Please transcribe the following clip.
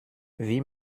wie